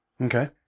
Okay